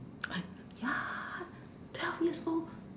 ya twelve years old